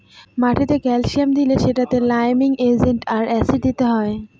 মাটিতে ক্যালসিয়াম দিলে সেটাতে লাইমিং এজেন্ট আর অ্যাসিড দিতে হয়